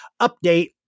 update